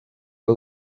pas